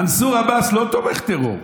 מנסור עבאס לא תומך טרור,